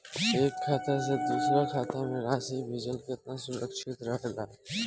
एक खाता से दूसर खाता में राशि भेजल केतना सुरक्षित रहेला?